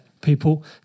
people